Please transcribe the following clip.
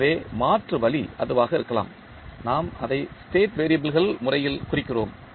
எனவே மாற்று வழி அதுவாக இருக்கலாம் நாம் அதை ஸ்டேட் வெறியபிள்கள் முறைகளில் குறிக்கிறோம்